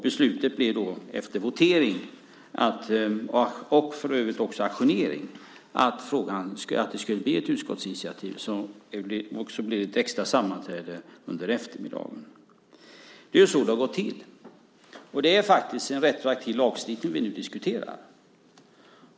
Beslutet blev efter votering, och för övrigt också ajournering, att det skulle bli ett utskottsinitiativ. Det blev också ett extra sammanträde under eftermiddagen. Det är så det har gått till. Det är faktiskt en retroaktiv lagstiftning vi nu diskuterar.